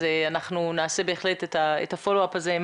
אנחנו בהחלט נעשה את ה-פולו-אפ הזה.